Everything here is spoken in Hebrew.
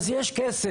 אז יש כסף.